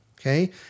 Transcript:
Okay